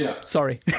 Sorry